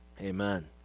amen